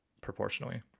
Proportionally